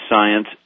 science